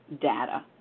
data